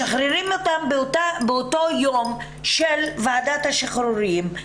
משחררים אותם באותו יום של ועדת השחרורים,